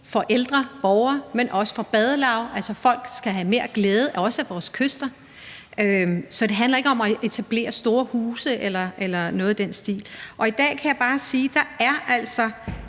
for ældre borgere, men også for badelav. Altså, folk skal også have mere glæde af vores kyster. Så det handler ikke om at etablere store huse eller noget i den stil, og jeg kan altså bare sige, at der i